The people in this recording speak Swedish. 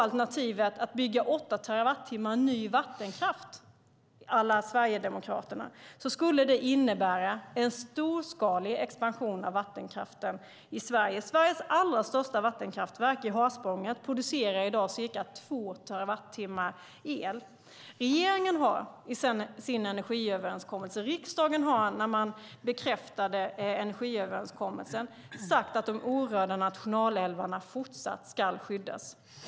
Alternativet att bygga åtta terawattimmar ny vattenkraft à la Sverigedemokraterna skulle innebära en storskalig expansion av vattenkraften i Sverige. Sveriges allra största vattenkraftverk i Harsprånget producerar i dag cirka två terawattimmar el. Regeringen har i sin energiöverenskommelse sagt att de orörda nationalälvarna fortsatt ska skyddas, och riksdagen har bekräftat den energiöverenskommelsen.